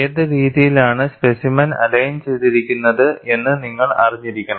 ഏത് രീതിയിലാണ് specimen align ചെയ്തിരിക്കുന്നത് എന്ന് നിങ്ങൾ അറിഞ്ഞിരിക്കണം